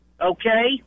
Okay